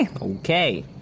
Okay